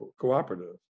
Cooperative